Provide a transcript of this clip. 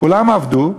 כולם עבדו,